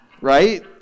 Right